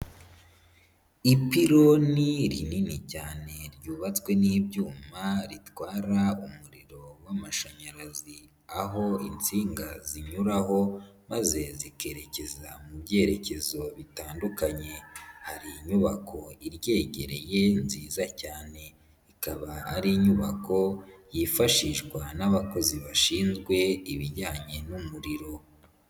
Ipironi rinini cyane ryubatswe n'ibyuma, ritwara umuriro w'amashanyarazi. Aho insinga zinyuraho maze zikerekeza mu byerekezo bitandukanye. Hari inyubako iryegereye nziza cyane. Ikaba ari inyubako, yifashishwa n'abakozi bashinzwe ibijyanye n'umuriro.